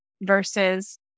versus